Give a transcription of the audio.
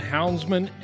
Houndsman